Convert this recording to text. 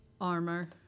armor